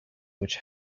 which